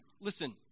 Listen